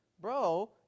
bro